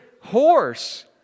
horse